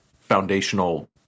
foundational